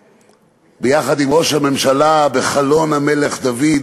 שלו ביחד עם ראש הממשלה בחלון "המלך דוד",